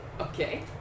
Okay